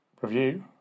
review